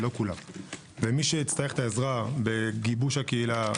ומי שיצטרך את העזרה בגיבוש הקהילה,